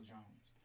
Jones